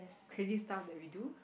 crazy stuff that we do